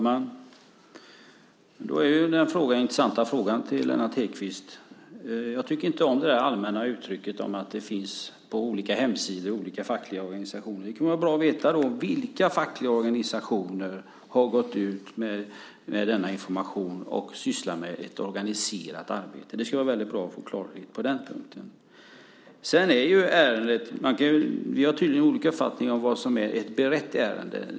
Herr talman! Då har jag en intressant fråga till Lennart Hedquist. Jag tycker inte om det allmänna uttrycket att det finns på olika fackliga organisationers hemsidor. Det kunde vara bra att veta vilka fackliga organisationer som har gått ut med denna information och som sysslar med ett organiserat arbete. Det skulle vara väldigt bra att få klarhet på den punkten. Vi har tydligen olika uppfattning om vad som är ett berett ärende.